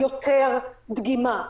יותר דגימה.